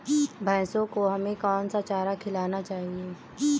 भैंसों को हमें कौन सा चारा खिलाना चाहिए?